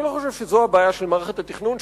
לא זו הבעיה של מערכת התכנון,